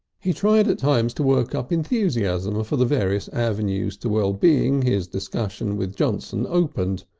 he tried at times to work up enthusiasm for the various avenues to well-being his discussion with johnson opened.